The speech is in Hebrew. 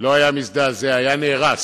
לא היה מזדעזע, היה נהרס.